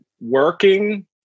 working